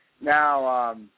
now –